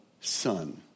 son